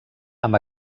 amb